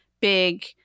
big